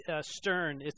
Stern